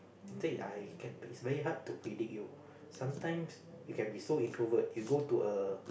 say I it can it's very hard to predict you sometimes you can be so introvert you go to a